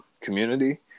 Community